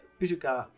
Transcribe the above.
pysykää